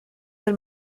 del